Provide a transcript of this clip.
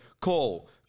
Call